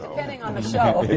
depending on the show.